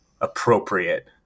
appropriate